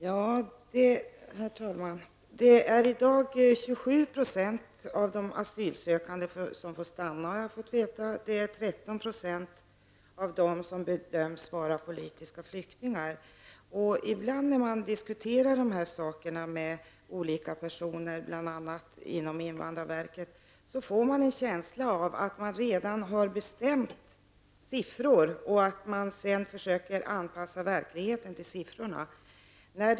Herr talman! Jag har i dag fått veta att 27 % av de asylsökande får stanna. 13 % av dessa bedöms vara politiska flyktingar. Ibland när man diskuterar de här sakerna med olika personer, bl.a. med personer vid invandrarverket, får man en känsla av att det redan har bestämts siffror och att det sedan gäller att försöka anpassa verkligheten till siffrorna.